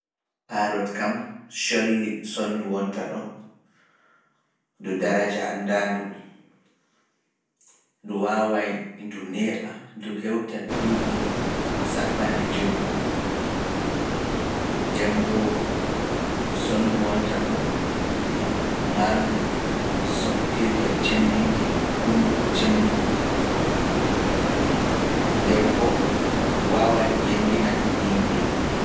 Paarot kam colli sonndu wonta ɗon ndu daraja anndaandu ndu waawaay ndu neeɓa ndu hewtata duubi duddi. e ngel mari hunnduko cembiiko. Ndeen boo ndu waawa ndu yembina yimɓe.